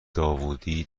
داوودی